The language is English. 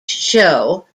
show